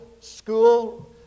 school